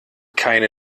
keine